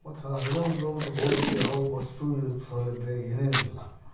ಮತ್ತು ಆ ಹದಿನೇಳು ಕಿಲೋಮೀಟ್ರ್ ಹೋಗೋಕ್ಕೂ ಯಾವ ಬಸ್ಸು ಸೌಲಭ್ಯ ಏನೇನು ಇರಲಿಲ್ಲ